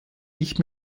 nicht